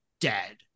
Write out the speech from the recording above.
dead